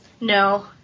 No